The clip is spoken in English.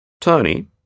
Tony